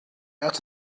out